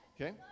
okay